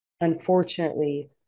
unfortunately